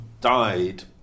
died